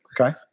Okay